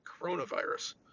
Coronavirus